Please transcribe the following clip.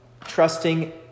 trusting